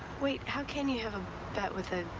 wait. how can you have a bet with a.